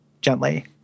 gently